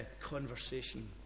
conversation